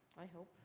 i hope.